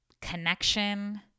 connection